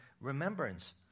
remembrance